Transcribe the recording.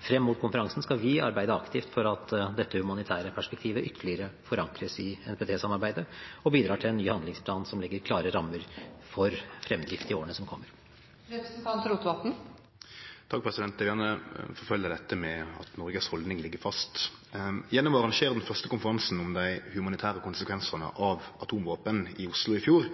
Frem mot konferansen skal vi arbeide aktivt for at dette humanitære perspektivet ytterligere forankres i NTP-samarbeidet og bidrar til en ny handlingsplan som legger klare rammer for fremdrift i årene som kommer. Eg vil gjerne forfølgje dette med at Noregs haldning ligg fast. Gjennom å arrangere den første konferansen om dei humanitære konsekvensane av atomvåpen i Oslo i fjor